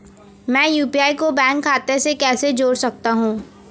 मैं यू.पी.आई को बैंक खाते से कैसे जोड़ सकता हूँ?